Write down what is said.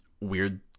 weird